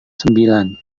sembilan